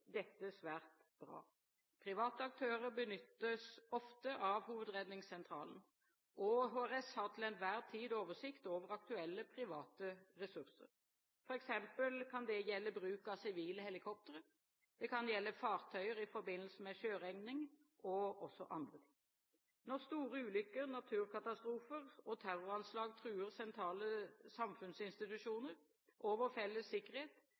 dette svært bra. Private aktører benyttes ofte av Hovedredningssentralen – HRS, og HRS har til enhver tid oversikt over aktuelle private ressurser. For eksempel kan det gjelde bruk av sivile helikoptre, det kan gjelde fartøyer i forbindelse med sjøredning og annet. Når store ulykker, naturkatastrofer og terroranslag truer sentrale samfunnsinstitusjoner og vår felles sikkerhet,